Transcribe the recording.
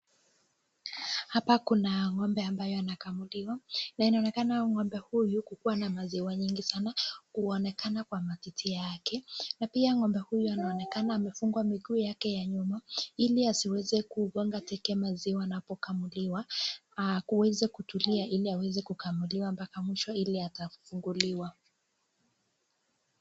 Hapa kuna ng'ombe ambaye anakamuliwa, na inaonekana ng'ombe huyu kukuwa na maziwa nyingi sana, huonekana kwa matiti yake. Na pia ng'ombe huyu anaonekana amefungwa miguu yake ya nyuma, ili asiweze kugonga teke maziwa na kukamuliwa. Kuweza kutulia ili aweze kukamuliwa mpaka mwisho ili akafunguliwa.